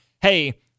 hey